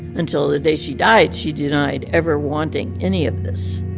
until the day she died, she denied ever wanting any of this.